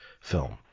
film